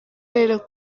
rero